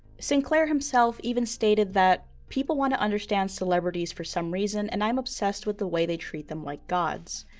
sinclair himself even stated that people want to understand celebrities for some reason and i'm obsessed with the way they treat them like gods.